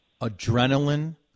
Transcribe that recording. adrenaline